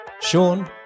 Sean